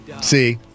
See